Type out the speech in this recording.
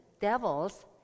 devils